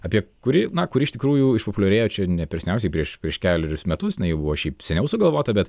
apie kuri na kuri iš tikrųjų išpopuliarėjo čia ne per seniausiai prieš prieš kelerius metus jinai jau buvo šiaip seniau sugalvota bet